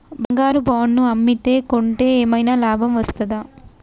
బంగారు బాండు ను అమ్మితే కొంటే ఏమైనా లాభం వస్తదా?